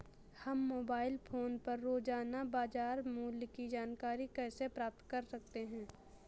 हम mobile phone पर रोजाना बाजार मूल्य की जानकारी कैसे प्राप्त कर सकते हैं?